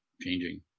changing